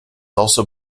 also